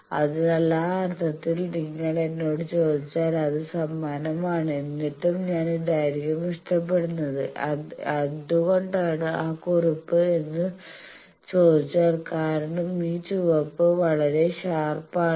അതിനാൽ ആ അർത്ഥത്തിൽ നിങ്ങൾ എന്നോട് ചോദിച്ചാൽ അത് സമാനമാണ് എന്നിട്ടും ഞാൻ ഇതായിരിക്കും ഇഷ്ടപ്പെടുന്നത് എന്തുകൊണ്ടാണ് ആ കറുപ്പ് എന്ന് ചോദിച്ചാൽ കാരണം ഈ ചുവപ്പ് വളരെ ഷാർപ് ആണ്